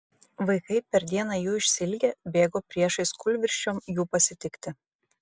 vaikai per dieną jų išsiilgę bėgo priešais kūlvirsčiom jų pasitikti